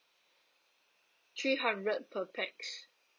three hundred per pax